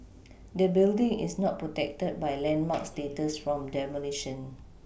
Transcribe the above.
the building is not protected by landmark status from demolition